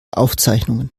aufzeichnungen